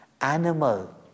animal